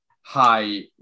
high